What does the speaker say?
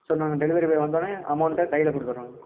so நாங்கள் delivery boy வந்தோன்னே அமௌண்ட்டை கையில் கொடுத்துட்றோம்